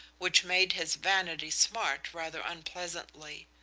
which made his vanity smart rather unpleasantly.